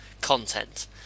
content